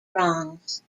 wrongs